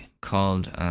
called